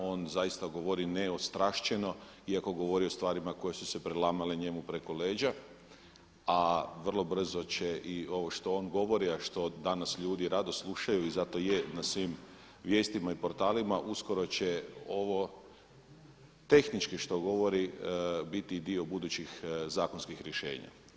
On zaista govori neostraščeno, iako govori o stvarima koje su se prelamale njemu preko leđa, a vrlo brzo će i ovo što on govori, a što danas ljudi rado slušaju i zato je na svim vijestima i portalima uskoro će ovo tehnički što govori biti i dio budućih zakonskih rješenja.